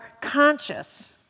conscious